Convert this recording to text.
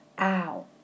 Ow